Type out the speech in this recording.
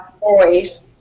boys